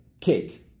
cake